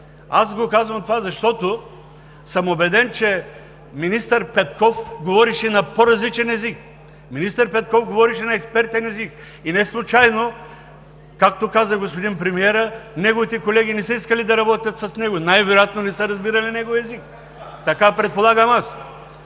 Аз го казвам това, защото съм убеден, че министър Петков говореше на по-различен език. Министър Петков говореше на експертен език и неслучайно, както каза господин премиерът, неговите колеги не са искали да работят с него. Най-вероятно не са разбирали неговия език. Така предполагам аз.